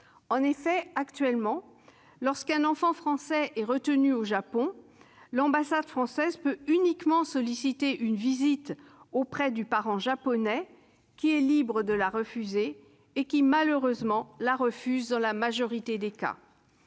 En effet, actuellement, lorsqu'un enfant français est retenu au Japon, l'ambassade française peut uniquement solliciter une visite auprès du parent japonais, qui est libre de la refuser, ce qui, malheureusement, se produit dans la majorité des cas.